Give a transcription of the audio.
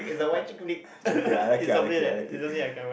I chick flick ah I like it I like it I like it ppo